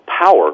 power